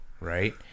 Right